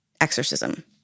exorcism